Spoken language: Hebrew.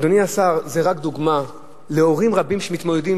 אדוני השר, זה רק דוגמה להורים רבים שמתמודדים.